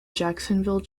jacksonville